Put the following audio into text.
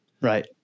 Right